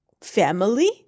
family